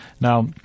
Now